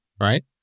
right